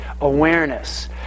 awareness